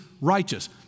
righteous